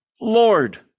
Lord